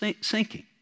sinking